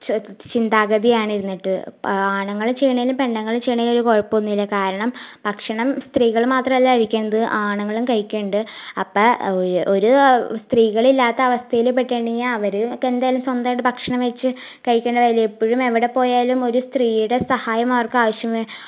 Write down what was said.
ച ചിന്താഗതിയായണിര്ന്നിട്ട് ആണുങ്ങൾ ചെയ്യണതിലും പെണ്ണുങ്ങൾ ചെയ്യണേലൊരു കുഴപ്പമൊന്നൂല്ല കാരണം ഭക്ഷണം സ്ത്രീകൾ മാത്രമല്ല കഴിക്കണത് ആണുങ്ങളും കഴിക്കണ്ണ്ട് അപ്പം ഒരു സ്ത്രീകളില്ലാത്ത അവസ്ഥയിൽ പെട്ടെണ്ടങ്കിൽ അവർ എന്തേലും സ്വന്തമായിട്ട് ഭക്ഷണം വെച്ച് കൈക്കേണ്ടായ്ല്ലെ എപ്പോഴും എവിടെപ്പോയാലും ഒരു സ്ത്രീയുടെ സഹായം അവർക്കാവശ്യമേ